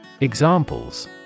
Examples